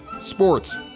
sports